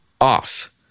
off